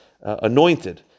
anointed